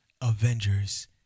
Avengers